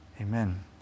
Amen